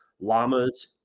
llamas